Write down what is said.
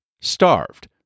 Starved